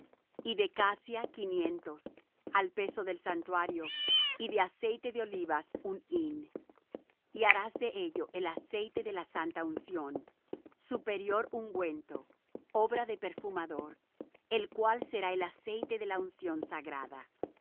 y de casia quinientos al peso del santuario y de aceite de olivas un hin y harás de ello el aceite de la santa unción superior ungüento obra de perfumador el cual será el aceite de la unción sagrada